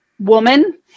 Woman